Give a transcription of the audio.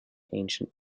ancient